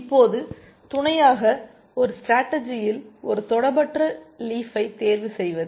இப்போது துணையாக ஒரு ஸ்டேடர்ஜியில் ஒரு தொடர்பற்ற லீஃப்பை தேர்வுசெய்வது